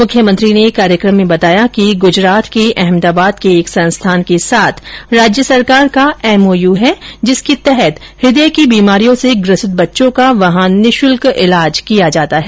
मुख्यमंत्री ने कार्यक्रम में बताया कि गुजरात के अहमदाबाद के एक संस्थान के साथ राज्य सरकार का एमओयू है जिसके तहत हृदय की बीमारियों से ग्रसित बच्चों का वहां निःशुल्क इलाज किया जाता है